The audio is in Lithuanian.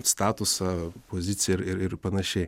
statusą poziciją ir ir panašiai